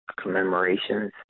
commemorations